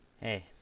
Hey